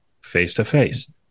face-to-face